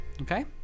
Okay